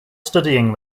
studying